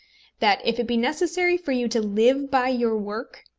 that if it be necessary for you to live by your work,